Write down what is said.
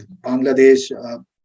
Bangladesh